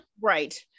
right